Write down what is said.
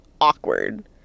awkward